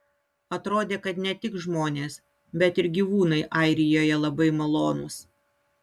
atrodė kad ne tik žmonės bet ir gyvūnai airijoje labai malonūs